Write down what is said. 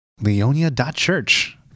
Leonia.church